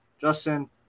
Justin